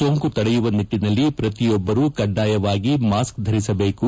ಸೋಂಕು ತಡೆಯುವ ನಿಟ್ಟಿನಲ್ಲಿ ಪ್ರತಿಯೊಬ್ಬರು ಕಡ್ಡಾಯವಾಗಿ ಮಾಸ್ಕ್ ಧರಿಸಬೇಕು